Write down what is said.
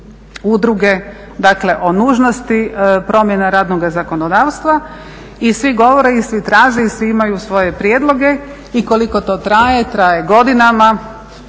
dakle o nužnosti promjena radnoga zakonodavstva. I svi govore i svi traže i svi imaju svoje prijedloge. I koliko to traje? Traje godinama.